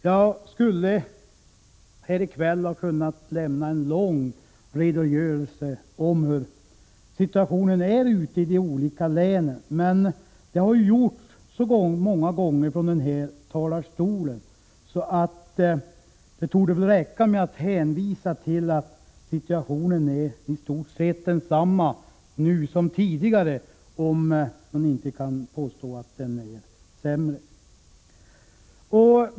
Jag skulle här i kväll ha kunnat lämna en lång redogörelse över situationen ute i de olika länen. Jag har gjort det så många gånger från denna talarstol att det torde räcka med att konstatera att situationen i stort sett är densamma nu som tidigare — om man nu inte kan påstå att den är sämre.